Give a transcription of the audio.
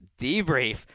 debrief